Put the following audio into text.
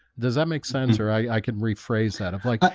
does that make sense or i i can rephrase that of like,